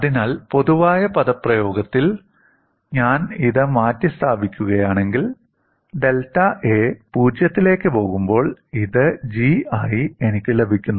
അതിനാൽ പൊതുവായ പദപ്രയോഗത്തിൽ ഞാൻ ഇത് മാറ്റിസ്ഥാപിക്കുകയാണെങ്കിൽ ഡെൽറ്റ A 0 ലേക്ക് പോകുമ്പോൾ ഇത് ജി ആയി എനിക്ക് ലഭിക്കുന്നു